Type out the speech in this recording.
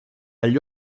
agli